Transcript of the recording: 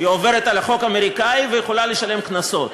היא עוברת על החוק האמריקני והיא יכולה לשלם קנסות.